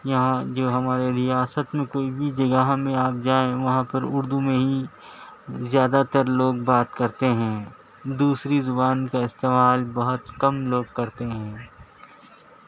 یہاں جو ہمارے ریاست میں کوئی بھی جگہ ہم یا آپ جائیں وہاں پر اردو میں ہی زیادہ تر لوگ بات کرتے ہیں دوسری زبان کا استعمال بہت کم لوگ کرتے ہیں